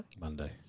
Monday